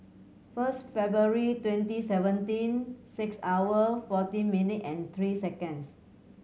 first February twenty seventeen six hour fourteen minute and three seconds